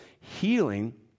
healing